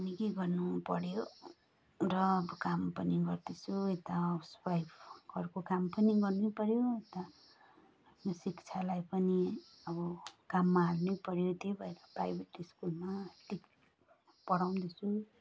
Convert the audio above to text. अनि के भन्नु मनपऱ्यो र काम पनि गर्दैछु यता हाउसवाइफ घरको काम पनि गर्नुपऱ्यो अन्त शिक्षालाई पनि अब काममा हाल्नैपऱ्यो त्यही भएर प्राइभेट स्कुल त्यहीँ पढाउँदैछु